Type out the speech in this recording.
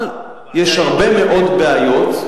אבל יש הרבה מאוד בעיות,